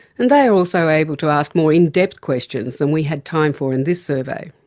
and they are also able to ask more in-depth questions than we had time for in this survey.